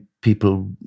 people